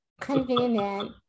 Convenient